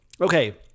Okay